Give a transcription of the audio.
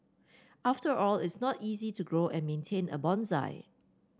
after all it's not easy to grow and maintain a bonsai